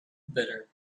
bitter